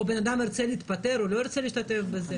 או אולי בן אדם ירצה להתפטר או לא ירצה להשתתף בזה,